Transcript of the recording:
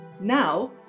Now